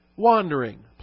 Wandering